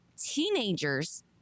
teenagers